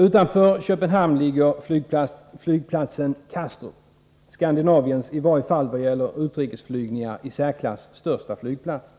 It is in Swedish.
Utanför Köpenhamn ligger flygplatsen Kastrup, Skandinaviens — i varje fall vad gäller utrikesflygningar — i särklass största flygplats.